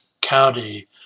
County